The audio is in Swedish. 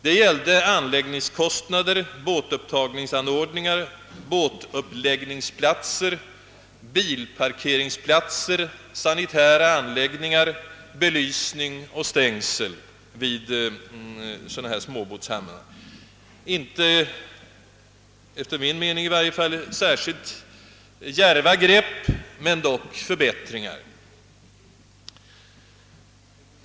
Det gäller anläggningskostnader, båtupptagningsanordningar, <båtuppläggningsplatser, bilparkeringsplatser, sanitära anläggningar, belysning och stängsel vid småbåtshamnar, enligt min mening inte särskilt djärva grepp men dock förbättringar.